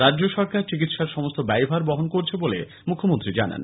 রাজ্য সরকার চিকিৎসার সমস্ত ব্যয়ভার বহন করছে বলে মুখ্যমন্ত্রী জানান